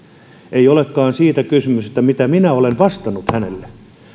ei olekaan siitä kysymys mitä minä olen vastannut hänelle